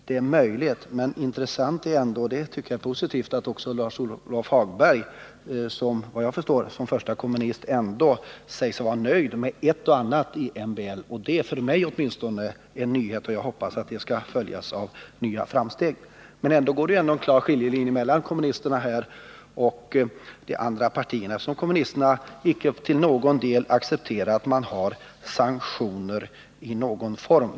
Det är möjligt, men intressant är då — och det tycker jag är positivt — att Lars-Ove Hagberg, vad jag förstår som förste kommunist, ändå säger sig vara nöjd med ett och annat i MBL. Det är åtminstone för mig en nyhet, och jag hoppas att det framsteget skall följas av flera. Men ändå går det en klar skiljelinje mellan kommunisterna och de andra partierna, eftersom kommunisterna inte accepterar sanktioner i någon form.